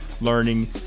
learning